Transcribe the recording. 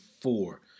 four